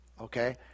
Okay